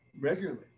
regularly